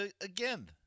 again